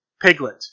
Piglet